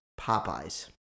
popeyes